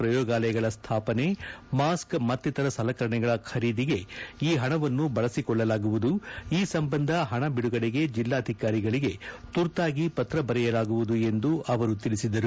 ಪ್ರಯೋಗಾಲಯಗಳ ಸ್ಥಾಪನೆ ಮಾಸ್ಕ್ ಮತ್ತಿತರ ಸಲಕರಣೆಗಳ ಖರೀದಿಗೆ ಈ ಹಣವನ್ನು ಬಳಸಿಕೊಳ್ಳಲಾಗುವುದು ಈ ಸಂಬಂಧ ಹಣ ಬಿದುಗಡೆಗೆ ಜಿಲ್ಲಾಧಿಕಾರಿಗಳಿಗೆ ತುರ್ತಾಗಿ ಪತ್ರ ಬರೆಯಲಾಗುವುದು ಎಂದು ಅವರು ಹೇಳಿದರು